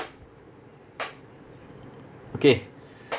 okay